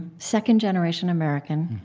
second-generation american,